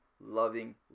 loving